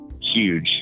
huge